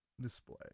display